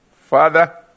Father